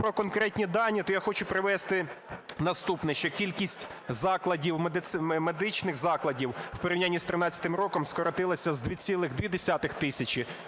про конкретні дані, то я хочу привести наступне. Що кількість медичних закладів в порівнянні з 2013 роком скоротилася з 2,2 тисячі